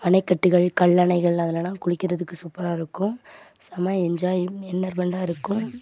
அணைக்கட்டுகள் கல்லணைகளெலாம் அதுலெலாம் குளிக்கிறதுக்கு சூப்பராக இருக்கும் செமை என்ஜாய் எண்ணர்பெண்ட்டாயிருக்கும்